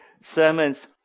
sermons